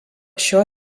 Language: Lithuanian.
šio